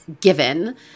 given